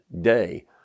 day